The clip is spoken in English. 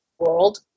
world